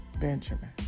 Benjamin